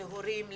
להורים,